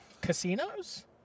Casinos